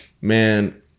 man